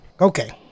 Okay